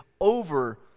over